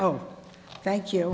oh thank you